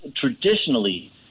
traditionally